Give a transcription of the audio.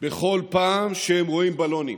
בכל פעם שהם רואים בלונים.